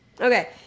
okay